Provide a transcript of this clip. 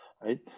right